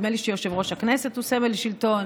נדמה לי שיושב-ראש הכנסת הוא סמל שלטון,